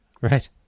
Right